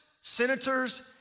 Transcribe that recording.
senators